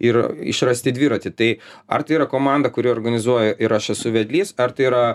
ir išrasti dviratį tai ar tai yra komanda kuri organizuoja ir aš esu vedlys ar tai yra